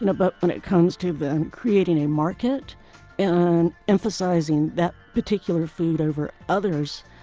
and but when it comes to then creating a market and emphasizing that particular food over others,